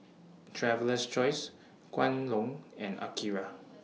Traveler's Choice Kwan Loong and Akira